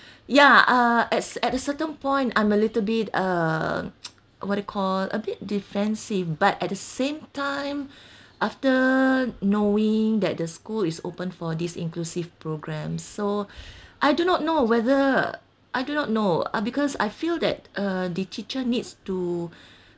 ya uh at at a certain point I'm a little bit uh what you call a bit defensive but at the same time after knowing that the school is open for this inclusive program so I do not know whether I do not know uh because I feel that uh the teacher needs to